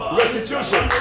restitution